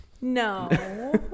No